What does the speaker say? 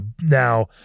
now